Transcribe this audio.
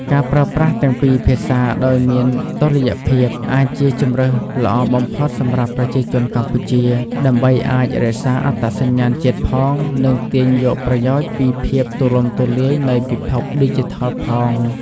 ការប្រើប្រាស់ទាំងពីរភាសាដោយមានតុល្យភាព អាចជាជម្រើសល្អបំផុតសម្រាប់ប្រជាជនកម្ពុជា ដើម្បីអាចរក្សាអត្តសញ្ញាណជាតិផង និងទាញយកប្រយោជន៍ពីភាពទូលំទូលាយនៃពិភពឌីជីថលផង។